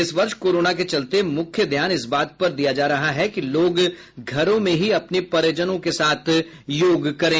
इस वर्ष कोरोना के चलते मुख्य ध्यान इस बात पर दिया जा रहा है कि लोग घरों में ही अपने परिजनों के साथ योग करें